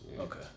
Okay